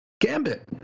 Gambit